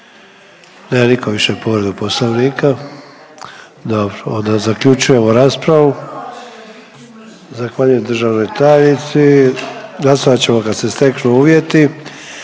Nema niko više povredu poslovnika? Dobro, onda zaključujemo raspravu. Zahvaljujem državnoj tajnici. Glasovat ćemo kad se steknu uvjeti.